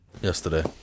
yesterday